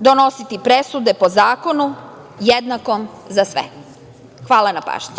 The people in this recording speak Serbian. donositi presude po zakonu jednakom za sve. Hvala na pažnji.